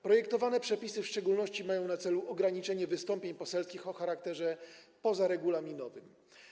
Projektowane przepisy w szczególności mają na celu ograniczenie wystąpień poselskich o charakterze pozaregulaminowym.